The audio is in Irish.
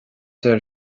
deir